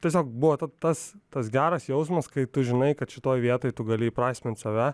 tiesiog buvo tas tas geras jausmas kai tu žinai kad šitoj vietoj tu gali įprasmint save